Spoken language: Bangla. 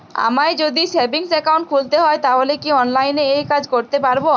আমায় যদি সেভিংস অ্যাকাউন্ট খুলতে হয় তাহলে কি অনলাইনে এই কাজ করতে পারবো?